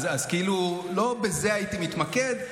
אז כאילו לא בזה הייתי מתמקד,